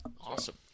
Awesome